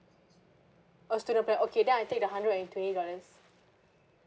oh student plan okay then I take the hundred and twenty dollars